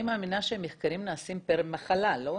אני מאמינה שמחקרים נעשים פר מחלה, לא?